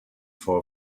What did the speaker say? for